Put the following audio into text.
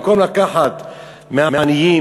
במקום לקחת מהעניים,